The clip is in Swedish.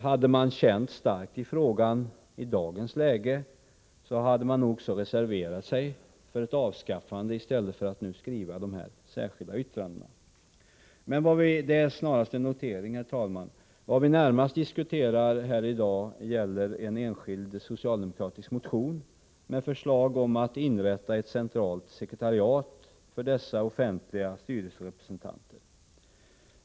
Hade de känt starkt i frågan i dagens läge skulle de ha reserverat sig i stället för att skriva de särskilda yttrandena. Detta var snarast en notering, herr talman. Vad vi närmast diskuterar här i dag är en enskild socialdemokratisk motion med förslag om att inrätta ett centralt sekretariat för dessa offentliga styrelserepresentanter.